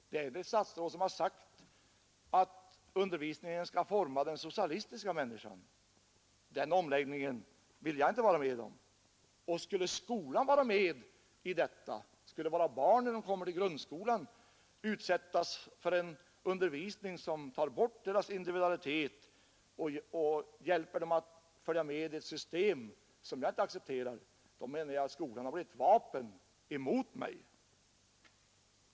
Det är väl statsrådet som har sagt att undervisningen skall forma den socialistiska människan! Den omläggningen vill inte jag vara med om. Och skulle skolan vara med i detta, skulle våra barn när de kommer till grundskolan utsättas för en undervisning som tar bort deras individualitet och hjälper dem att följa med i ett system som jag inte accepterar, menar jag att skolan har blivit ett vapen mot mig.